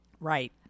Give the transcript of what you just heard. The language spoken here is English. Right